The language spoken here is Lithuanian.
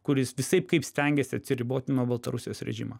kuris visaip kaip stengiasi atsiriboti nuo baltarusijos režimo